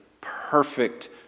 perfect